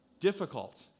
difficult